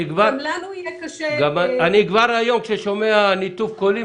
אני כבר היום כששומע ניתוב קולי,